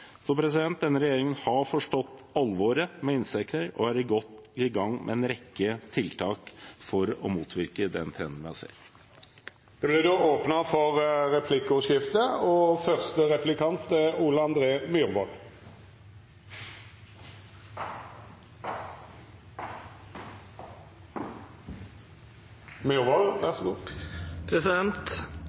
Så denne regjeringen har forstått alvoret for insektene og er godt i gang med en rekke tiltak for å motvirke den trenden